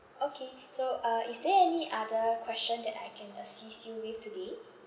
okay so uh is there any other question that I can assist you with today